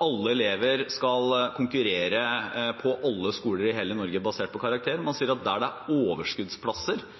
alle elever skal konkurrere på alle skoler i hele Norge basert på karakterer, man sier at der det er overskuddsplasser,